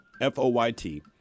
F-O-Y-T